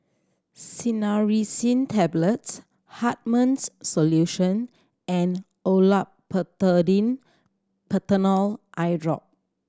Cinnarizine Tablets Hartman's Solution and Olopatadine Patanol Eyedrop